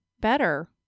better